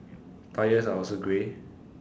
tyres are also grey